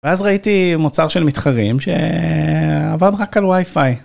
ואז ראיתי מוצר של מתחרים שעבד רק על Wifi.